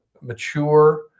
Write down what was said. mature